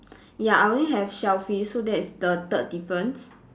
ya I only have shellfish so that's the third difference